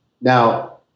Now